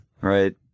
right